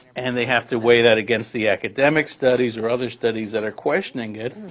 and they have to weigh that against the academic studies or other studies that are questioning it.